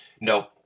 No